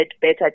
better